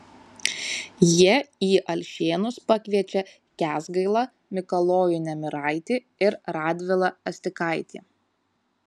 jie į alšėnus pakviečia kęsgailą mikalojų nemiraitį ir radvilą astikaitį